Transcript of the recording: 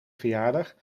verjaardag